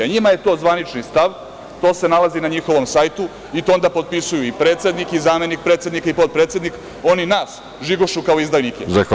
NJima je to zvanični stav, to se nalazi na njihovom sajtu i to onda potpisuju i predsednik i zamenik predsednika i potpredsednik, on nas žigošu kao izdajnike.